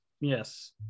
yes